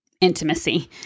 intimacy